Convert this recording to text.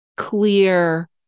clear